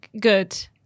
good